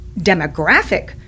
demographic